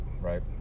Right